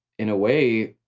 in a way,